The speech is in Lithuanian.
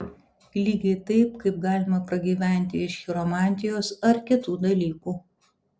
lygiai taip kaip galima pragyventi iš chiromantijos ar kitų dalykų